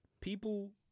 people